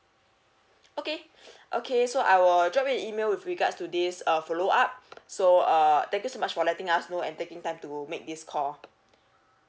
okay okay so I will drop you an email with regards to this uh follow up so err thank you so much for letting us know and taking time to make this call